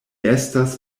estas